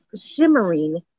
shimmering